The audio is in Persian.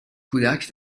کودک